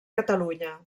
catalunya